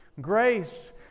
Grace